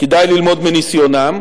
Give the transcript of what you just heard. כדאי ללמוד מניסיונם